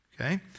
Okay